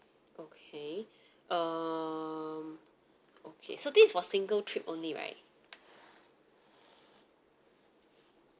okay um okay so this is for single trip only right